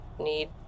need